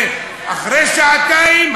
ואחרי שעתיים,